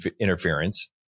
interference